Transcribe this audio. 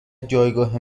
جایگاه